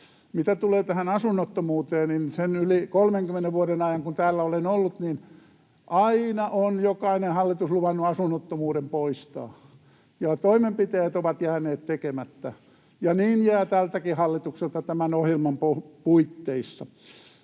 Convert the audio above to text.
Mitä tulee tähän asunnottomuuteen, niin sen yli 30 vuoden ajan, kun täällä olen ollut, aina on jokainen hallitus luvannut asunnottomuuden poistaa mutta toimenpiteet ovat jääneet tekemättä — ja niin jää tältäkin hallitukselta tämän ohjelman puitteissa.